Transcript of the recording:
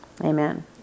Amen